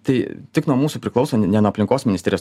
tai tik nuo mūsų priklauso ne nuo aplinkos ministerijos